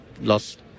lost